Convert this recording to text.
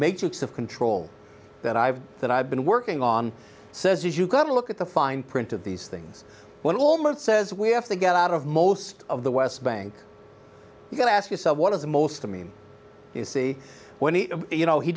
matrix of control that i have that i've been working on says you've got to look at the fine print of these things what almost says we have to get out of most of the west bank you got to ask yourself what is the most to me you see when you know he